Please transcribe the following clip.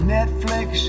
Netflix